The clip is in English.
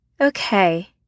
Okay